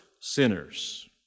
sinners